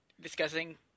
discussing